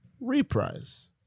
Reprise